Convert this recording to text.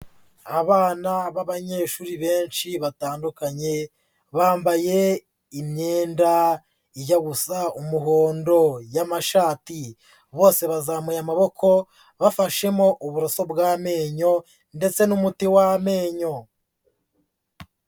Abana b'abanyeshuri benshi batandukanye, bambaye imyenda ijya gusa umuhondo y'amashati. Bose bazamuye amaboko, bafashemo uburoso bw'amenyo ndetse n'umuti w'amenyo.